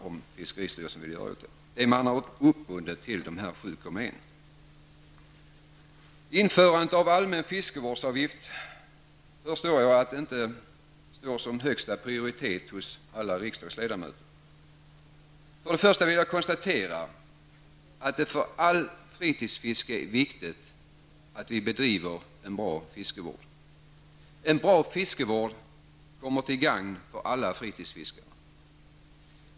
Jag förstår att ett införande av en fiskevårdsavgift är något som inte alla riksdagsledamöter vill ge högsta prioritet. Till att börja med konstaterar jag att det för allt fritidsfiske är viktigt med en bra fiskevård. En sådan är till gagn för alla fritidsfiskare.